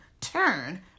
turn